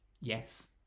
Yes